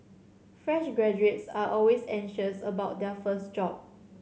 fresh graduates are always anxious about their first job